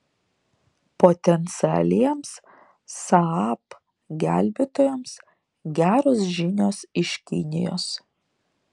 potencialiems saab gelbėtojams geros žinios iš kinijos